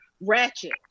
ratchet